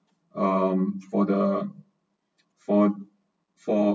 um for the for for